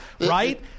right